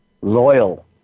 loyal